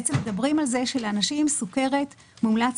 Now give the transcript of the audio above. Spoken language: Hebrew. מדברים על כך שלאנשים עם סוכרת מומלץ